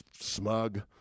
smug